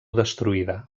destruïda